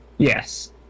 Yes